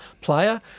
player